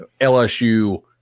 LSU